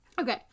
okay